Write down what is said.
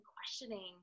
questioning